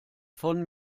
von